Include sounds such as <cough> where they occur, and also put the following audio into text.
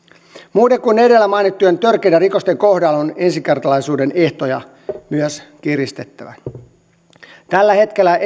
muiden kuin edellä mainittujen törkeiden rikosten kohdalla on myös ensikertalaisuuden ehtoja kiristettävä tällä hetkellä <unintelligible>